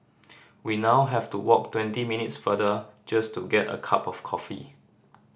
we now have to walk twenty minutes further just to get a cup of coffee